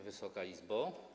Wysoka Izbo!